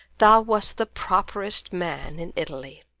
thou wast the properest man in italy.